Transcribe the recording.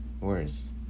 worse